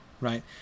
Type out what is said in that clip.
Right